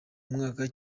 mwaka